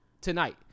Tonight